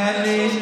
לא, תן לי.